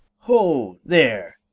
ho, there,